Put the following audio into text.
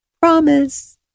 Promise